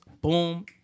boom